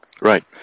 Right